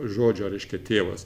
žodžio reiškia tėvas